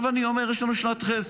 אני אומר, עכשיו יש לנו שנת חסד.